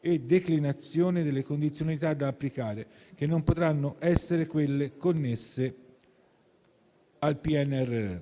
e declinazione delle condizionalità da applicare, che non potranno essere quelle connesse al PNRR.